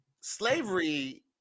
slavery